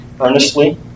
earnestly